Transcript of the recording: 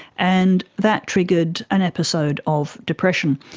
and that triggered an episode of depression.